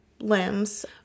limbs